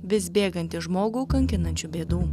vis bėgantį žmogų kankinančių bėdų